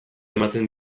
ematen